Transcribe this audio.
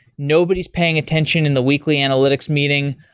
nobody's paying attention in the weekly analytics meeting,